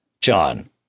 John